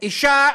אישה